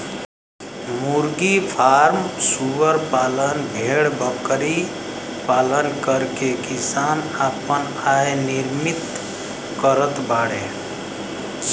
मुर्गी फ्राम सूअर पालन भेड़बकरी पालन करके किसान आपन आय निर्मित करत बाडे